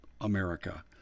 America